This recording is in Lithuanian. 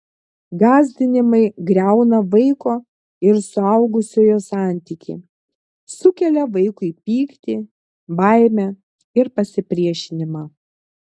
gąsdinimai griauna vaiko ir suaugusiojo santykį sukelia vaikui pyktį baimę ir pasipriešinimą